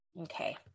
Okay